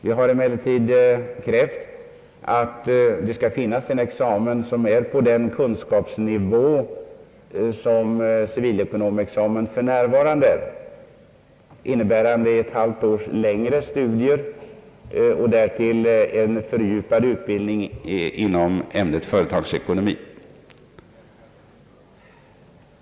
Vi har emellertid krävt att det skall finnas en examen som är på den kunskapsnivå som civilekonomexamen för närvarande, innebärande ett halvt års längre studier och därtill en fördjupad utbildning inom ämnet företagsekonomi.